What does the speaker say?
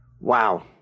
Wow